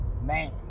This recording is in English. Man